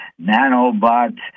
nanobots